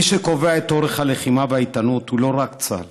מי שקובע את אורך הלחימה והאיתנות הוא לא רק צה"ל,